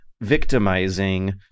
victimizing